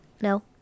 No